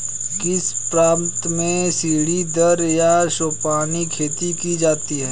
किस प्रांत में सीढ़ीदार या सोपानी खेती की जाती है?